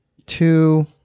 Two